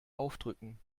aufdrücken